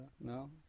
no